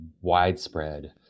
widespread